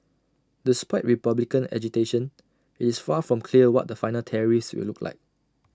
despite republican agitation IT is far from clear what the final tariffs will look like